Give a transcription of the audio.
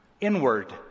inward